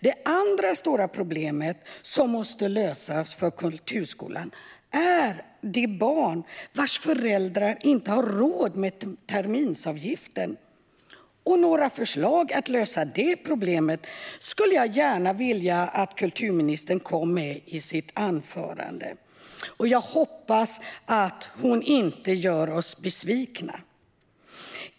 Det andra problemet som måste lösas för kulturskolan handlar om de barn vars föräldrar inte har råd med terminsavgiften. Några förslag på lösningar på det problemet skulle jag gärna vilja att kulturministern kom med i sitt anförande. Jag hoppas att hon inte gör oss besvikna.